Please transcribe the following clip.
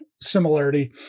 similarity